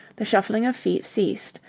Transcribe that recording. the shuffling of feet ceased.